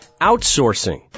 outsourcing